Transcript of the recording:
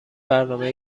برنامه